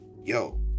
yo